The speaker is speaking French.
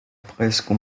presque